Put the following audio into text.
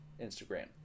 instagram